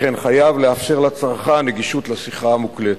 וכן חייב לאפשר לצרכן גישה לשיחה המוקלטת.